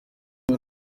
iyi